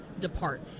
depart